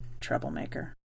Troublemaker